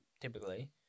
typically